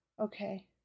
Okay